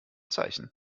zeichen